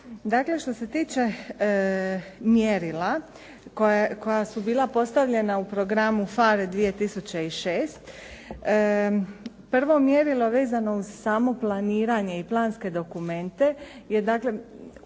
što se tiče mjerila koja su bila postavljena u programu PHARE 2006. prvo mjerilo vezano uz samo planiranje i planske dokumente